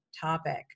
topic